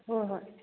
ꯍꯣꯍꯣꯏ